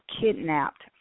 kidnapped